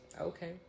okay